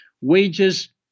wages